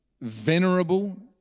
venerable